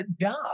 job